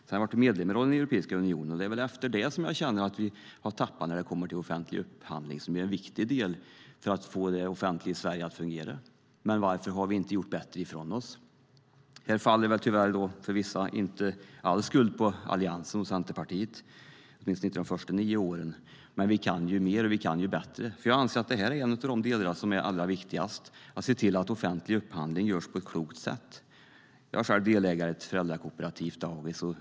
Sedan blev vi medlemmar av Europeiska unionen, och det är väl efter det som vi har tappat när det gäller offentlig upphandling, som ju är en viktig del för att få det offentliga Sverige att fungera. Men varför har vi inte gjort bättre ifrån oss? Förvisso faller inte all skuld på Alliansen och Centerpartiet, i varje fall inte de första nio åren, men vi kan göra mer och bli bättre. Jag anser att en av de allra viktigaste delarna är att se till att just offentlig upphandling görs på ett klokt sätt. Jag är själv delägare i ett föräldrakooperativt dagis.